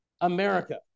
America